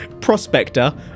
prospector